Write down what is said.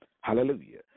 Hallelujah